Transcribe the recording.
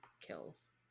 kills